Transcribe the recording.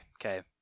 Okay